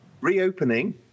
Reopening